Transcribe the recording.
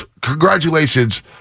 Congratulations